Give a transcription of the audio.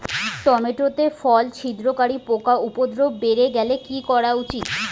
Tomato তে ফল ছিদ্রকারী পোকা উপদ্রব বাড়ি গেলে কি করা উচিৎ?